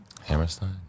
Hammerstein